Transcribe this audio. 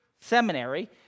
seminary